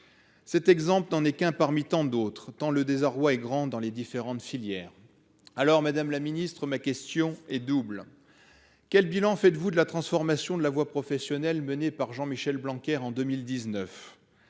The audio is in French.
Cet exemple n'en est qu'un parmi tant d'autres, car le désarroi est grand dans les différentes filières. Aussi, madame la ministre, ma question est double. Quel bilan tirez-vous de la transformation de la voie professionnelle menée par Jean-Michel Blanquer en 2019 ?